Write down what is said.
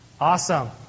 Awesome